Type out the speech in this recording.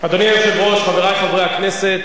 אדוני היושב-ראש, חברי חברי הכנסת,